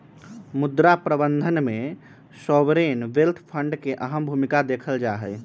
मुद्रा प्रबन्धन में सॉवरेन वेल्थ फंड के अहम भूमिका देखल जाहई